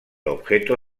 objeto